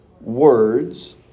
words